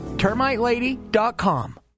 TermiteLady.com